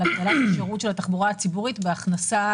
הפעלת השירות של התחבורה הציבורית בהכנסה